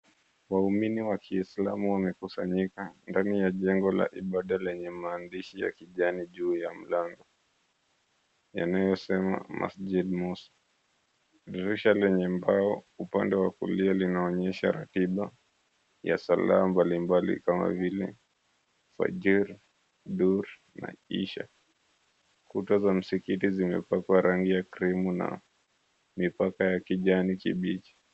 Waumini wa kiislamu wamekusanyika ndani ya jengo la ibada lenye maandishi ya kijani juu ya mlango yanayosema, Masjid Mosque. Dirisha lenye mbao upande wa kulia, linaonyesha ratiba ya sala mbalimbali kama vile, Fajr, Duur, na Isha. Kuta za msikiti zimepakwa rangi ya krimu, na mipaka ya kijani kibichi.